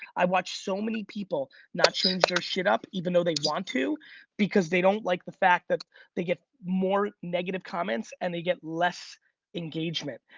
i've watched so many people not change their shit up even though they want to because they don't like the fact that they get more negative comments and they get less engagement.